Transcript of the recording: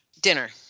Dinner